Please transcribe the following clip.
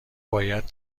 باید